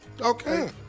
Okay